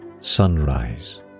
sunrise